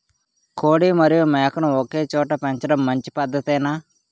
కోడి మరియు మేక ను ఒకేచోట పెంచడం మంచి పద్ధతేనా?